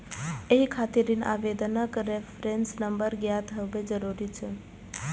एहि खातिर ऋण आवेदनक रेफरेंस नंबर ज्ञात होयब जरूरी छै